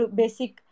basic